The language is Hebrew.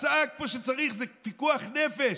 צעק כמו שצריך: זה פיקוח נפש,